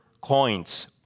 coins